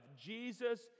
Jesus